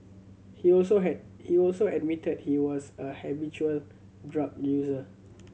he also he also admitted he was a habitual drug user